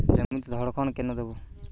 জমিতে ধড়কন কেন দেবো?